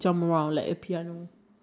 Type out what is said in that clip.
like example